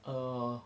err